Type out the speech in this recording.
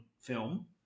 film